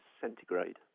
centigrade